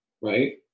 right